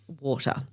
water